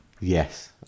Yes